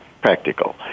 practical